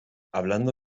hablando